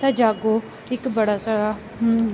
ਤਾ ਜਾਗੋ ਇੱਕ ਬੜਾ ਸਾਰਾ